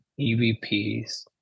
EVPs